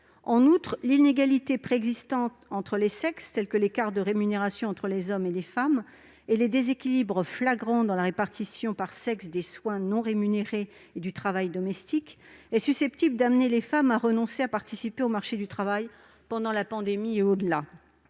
En outre, l'inégalité préexistante entre les sexes- par exemple les écarts de rémunération entre les hommes et les femmes -et les déséquilibres flagrants dans la répartition par sexe des soins non rémunérés et du travail domestique sont susceptibles d'amener les femmes à renoncer à participer au marché du travail pendant la pandémie et au-delà.